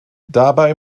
dabei